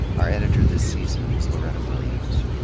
our editor this season is loretta williams.